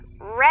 Red